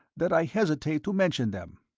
that i hesitate to mention them.